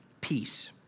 peace